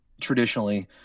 Traditionally